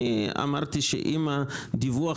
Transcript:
אני אמרתי שאם הדיווח